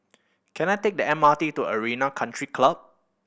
can I take the M R T to Arena Country Club